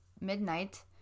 midnight